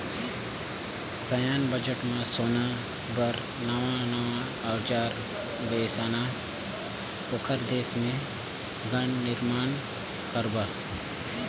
सैन्य बजट म सेना बर नवां नवां अउजार बेसाना, ओखर देश मे गन निरमान करबा